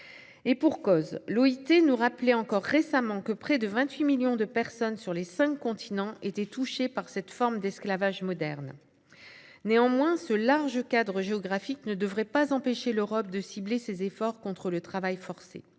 du travail nous rappelait encore récemment que près de 28 millions de personnes, sur les cinq continents, étaient touchées par cette forme d'esclavage moderne. Néanmoins, ce large cadre géographique ne devrait pas empêcher l'Europe de cibler ses efforts contre le travail forcé.